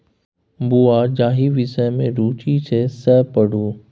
बौंआ जाहि विषम मे रुचि यै सैह पढ़ु